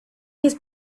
his